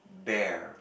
dare